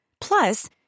Plus